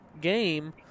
game